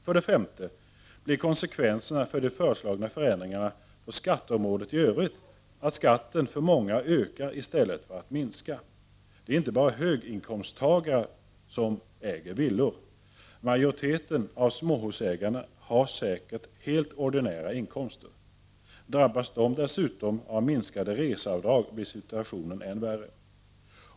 För det femte blir konsekvenserna av de föreslagna förändringarna på skatteområdet i övrigt att skatten för många ökar i stället för att minska. Det är inte bara höginkomsttagare som äger villor. Majoriteten av småhusägarna har säkert helt ordinära inkomster. Drabbas de dessutom av minskade reseavdrag blir situationen än värre.